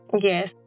Yes